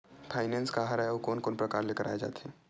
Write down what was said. Finance का हरय आऊ कोन कोन प्रकार ले कराये जाथे?